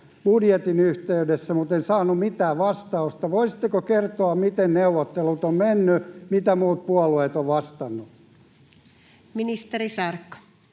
budjetin yhteydessä, mutta en saanut mitään vastausta. Voisitteko kertoa, miten neuvottelut ovat menneet? Mitä muut puolueet ovat vastanneet? Ministeri Saarikko.